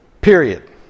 period